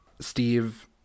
Steve